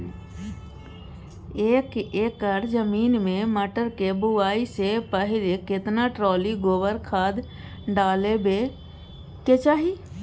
एक एकर जमीन में मटर के बुआई स पहिले केतना ट्रॉली गोबर खाद डालबै के चाही?